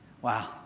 Wow